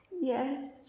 Yes